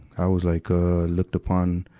i was like, ah, looked upon,